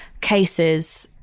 cases